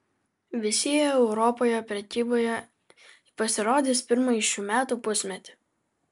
visi jie europoje prekyboje pasirodys pirmąjį šių metų pusmetį